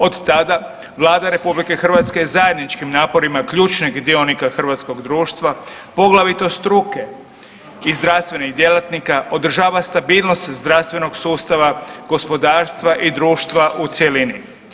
Od tada Vlada RH zajedničkim naporima ključnih dionika hrvatskog društva poglavito struke i zdravstvenih djelatnika održava stabilnost zdravstvenog sustava, gospodarstva i društva u cjelini.